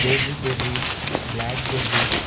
మోజీ berries black berries